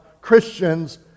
Christians